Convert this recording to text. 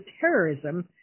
terrorism